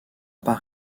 pas